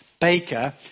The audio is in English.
baker